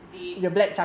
they